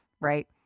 right